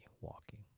walking